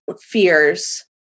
fears